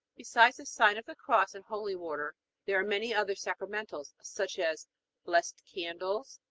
besides the sign of the cross and holy water there are many other sacramentals, such as blessed candles,